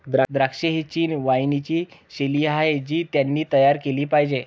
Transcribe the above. द्राक्षे ही चिनी वाइनची शैली आहे जी त्यांनी तयार केली पाहिजे